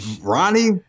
Ronnie